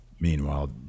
Meanwhile